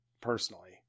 personally